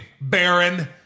Baron